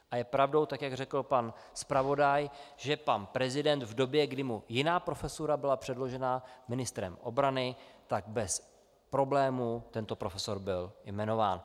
A je pravdou, tak jak řekl pan zpravodaj, že pan prezident v době, kdy mu jiná profesura byla předložena ministrem obrany, bez problému tento profesor byl jmenován.